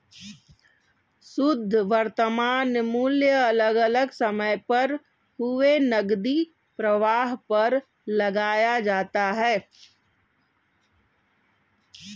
शुध्द वर्तमान मूल्य अलग अलग समय पर हुए नकदी प्रवाह पर लगाया जाता है